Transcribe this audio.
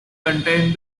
contain